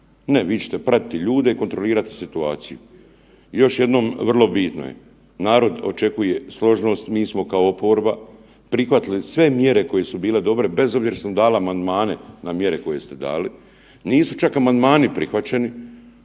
Ne, vi ćete pratiti ljude i kontrolirati situaciju. Još jednom, vrlo bitno je, narod očekuje složnost, mi smo kao oporba prihvatili sve mjere koje su bile dobre bez obzira što smo dali amandmane na mjere koje ste dali. Nisu čak ni amandmani prihvaćeni,